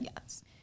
Yes